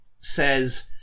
says